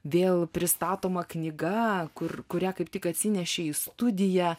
vėl pristatoma knyga kur kuria kaip tik atsinešei į studiją